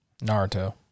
Naruto